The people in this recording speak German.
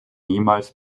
niemals